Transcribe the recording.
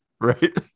Right